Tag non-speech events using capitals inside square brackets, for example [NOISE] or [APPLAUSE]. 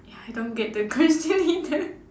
ya I don't get the question either [LAUGHS]